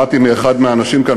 שמעתי אחד מהאנשים כאן,